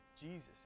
Jesus